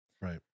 Right